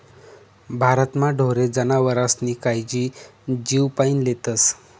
भारतमा ढोरे जनावरेस्नी कायजी जीवपाईन लेतस